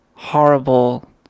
Horrible